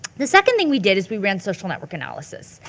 the second thing we did is we ran social network analysis.